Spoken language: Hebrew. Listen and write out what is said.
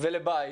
ולבית